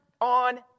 on